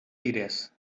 fires